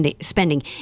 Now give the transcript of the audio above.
spending